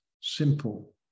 simple